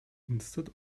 instead